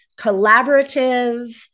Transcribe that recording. collaborative